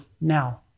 now